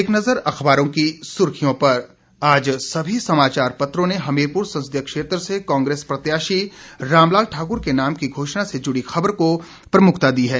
एक नज़र अखबारों की सुर्खियों पर आज सभी समाचार पत्रों ने हमीरपुर संसदीय क्षेत्र से कांग्रेस प्रत्याशी रामलाल ठाक्र के नाम की घोषणा से जुड़ी खबर को प्रमुखता दी है